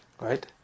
right